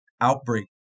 outbreak